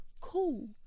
cool